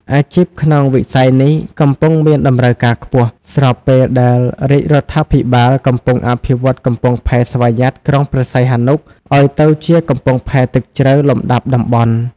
អាជីពក្នុងវិស័យនេះកំពុងមានតម្រូវការខ្ពស់ ស្របពេលដែលរាជរដ្ឋាភិបាលកំពុងអភិវឌ្ឍកំពង់ផែស្វយ័តក្រុងព្រះសីហនុឱ្យទៅជាកំពង់ផែទឹកជ្រៅលំដាប់តំបន់។